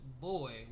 Boy